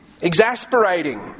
exasperating